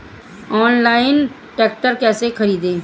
Online tractor कैसे खरदी?